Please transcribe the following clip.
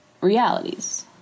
realities